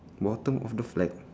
bottom of the flag